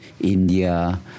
India